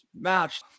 match